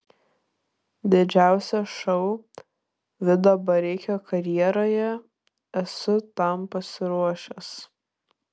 didžiausias šou vido bareikio karjeroje esu tam pasiruošęs